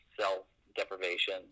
self-deprivation